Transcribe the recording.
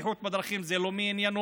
הבטיחות בדרכים זה לא מעניינו.